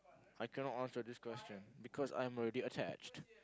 I cannot answer this question because I am already attached